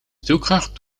stuwkracht